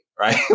right